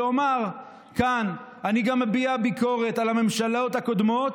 ואומר כאן: אני גם מביע ביקורת על הממשלות הקודמות,